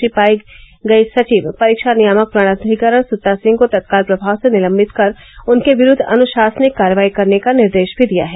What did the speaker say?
ी पाई गई सचिव परीक्षा नियामक प्राधिकारी सुत्ता सिंह को तत्काल प्रभाव से निलम्बित कर उनके विरूद्व अनुशासनिक कार्रवाई करने का निर्देश भी दिया है